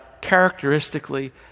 characteristically